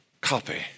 copy